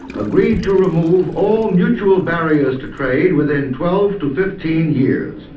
agreed to remove all mutual barriers to trade within twelve to fifteen years.